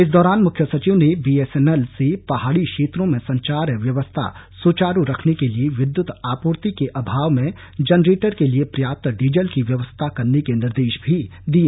इस दौरान मुख्य सचिव ने बीएसएनएल से पहाड़ी क्षेत्रों में संचार व्यवस्था सुचारू रखने के लिए विद्युत आपूर्ति के अभाव में जेनरेटर के लिए पर्याप्त डीजल की व्यवस्था करने के निर्देश भी दिए